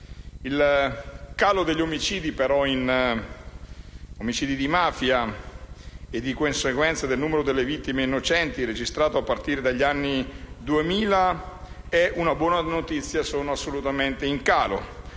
Il calo degli omicidi di mafia e di conseguenza del numero di vittime innocenti registrato a partire dagli anni Duemila è una buona notizia, ma questo dato